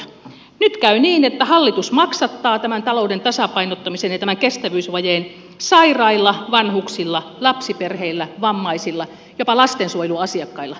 nyt käy niin että hallitus maksattaa tämän talouden tasapainottamisen ja tämän kestävyysvajeen sairailla vanhuksilla lapsiperheillä vammaisilla jopa lastensuojeluasiakkailla